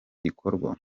gikorwa